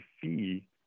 fee